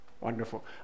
Wonderful